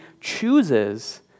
chooses